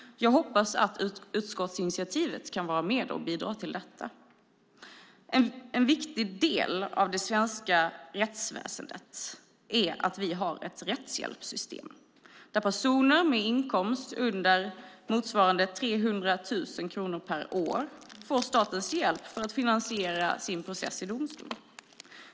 Jag hoppas att utskottsinitiativet kan bidra till detta. En viktig del av det svenska rättsväsendet är att vi har ett rättshjälpssystem. Personer med en inkomst under motsvarande 300 000 kronor per år får statens hjälp med att finansiera sin process i domstol.